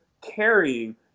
carrying